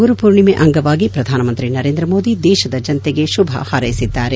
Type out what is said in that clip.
ಗುರು ಪೂರ್ಣಿಮೆ ಅಂಗವಾಗಿ ಪ್ರಧಾನ ಮಂತ್ರಿ ನರೇಂದ್ರ ಮೋದಿ ದೇಶದ ಜನತೆಗೆ ಶುಭ ಹಾರ್ೈಸಿದ್ದಾರೆ